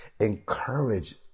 encourage